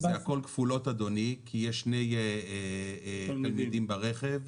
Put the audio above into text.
זה הכול כפולות אדוני, כי יש שני תלמידים ברכב,